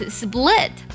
split